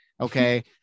okay